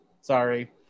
Sorry